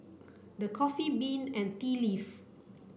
The Coffee Bean and Tea Leaf